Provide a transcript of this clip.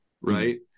right